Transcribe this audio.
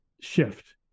shift